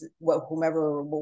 whomever